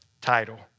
title